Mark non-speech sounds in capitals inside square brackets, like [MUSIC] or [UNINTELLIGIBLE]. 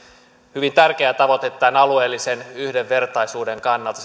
hyvin tärkeä tavoite tämän alueellisen yhdenvertaisuuden kannalta [UNINTELLIGIBLE]